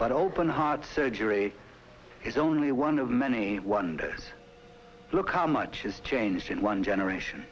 but open heart surgery is only one of many wonder look how much has changed in one generation